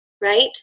right